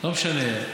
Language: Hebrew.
לא משנה.